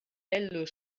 heldu